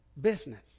business